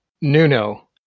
nuno